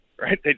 Right